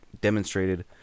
demonstrated